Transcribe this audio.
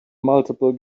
multiple